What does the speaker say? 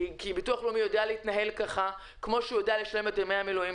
כי הביטוח הלאומי יודע להתנהל כך כפי שהוא יודע לשלם את ימי המילואים,